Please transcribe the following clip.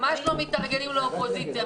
ממש לא מתארגנים לאופוזיציה.